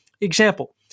example